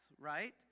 right